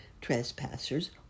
Trespassers